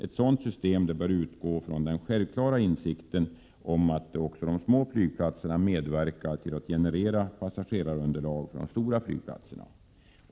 Ett sådant system bör utgå från den självklara insikten att också de små flygplatserna medverkar till att generera passagerarunderlag på de stora flygplatserna.